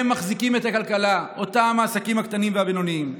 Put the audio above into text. הם מחזיקים את הכלכלה, העסקים הקטנים והבינוניים.